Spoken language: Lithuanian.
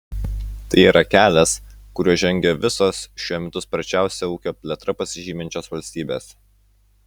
tai yra kelias kuriuo žengia visos šiuo metu sparčiausia ūkio plėtra pasižyminčios valstybės